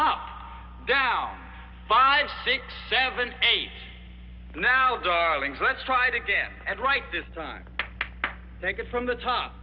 oh dow five six seven now darlings let's try to get at right this time they get from the top